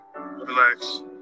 Relax